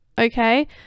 Okay